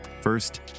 First